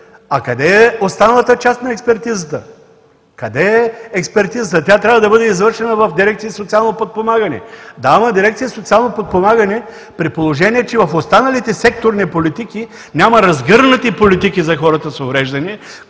а къде е останалата част на експертизата? Къде е експертизата? Тя трябва да бъде извършена в Дирекция „Социално подпомагане“. Да, ама Дирекция „Социално подпомагане“, при положение че в останалите секторни политики няма разгърнати политики за хората с увреждания,